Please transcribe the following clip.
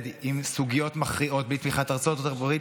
עם סוגיות מכריעות בלי תמיכת ארצות הברית,